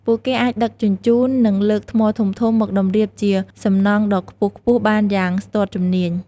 ពួកគេអាចដឹកជញ្ជូន និងលើកថ្មធំៗមកតម្រៀបជាសំណង់ដ៏ខ្ពស់ៗបានយ៉ាងស្ទាត់ជំនាញ។